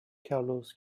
carlos